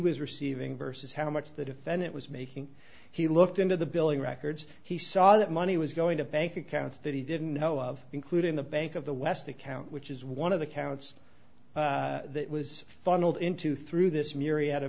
was receiving versus how much the defendant was making he looked into the billing records he saw that money was going to bank accounts that he didn't know of including the bank of the west account which is one of the counts that was funneled into through this myri